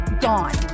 gone